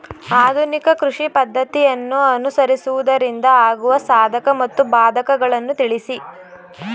ಆಧುನಿಕ ಕೃಷಿ ಪದ್ದತಿಯನ್ನು ಅನುಸರಿಸುವುದರಿಂದ ಆಗುವ ಸಾಧಕ ಮತ್ತು ಬಾಧಕಗಳನ್ನು ತಿಳಿಸಿ?